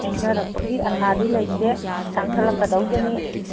ꯍꯣꯡꯗꯔꯛꯄꯒꯤ ꯑꯁꯥꯗꯤ ꯂꯩꯇꯦ ꯇꯥꯡꯈꯠꯂꯛꯀꯇꯧꯗꯅꯤ